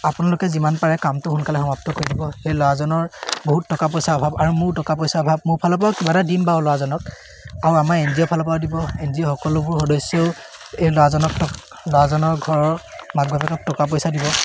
আপোনালোকে যিমান পাৰে কামটো সোনকালে সমাপ্ত কৰিব দিব সেই ল'ৰাজনৰ বহুত টকা পইচাৰ অভাৱ আৰু মোৰো টকা পইচাৰ অভাৱ মোৰ ফালৰপৰাও কিবা এটা দিম বাৰু ল'ৰাজনক আৰু আমাৰ এন জি অ' ফালৰপৰাও দিব এন জি অ' সকলোবোৰ সদস্যয়ো এই ল'ৰাজনক ল'ৰাজনৰ ঘৰৰ মাক বাপেকক টকা পইচা দিব